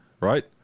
right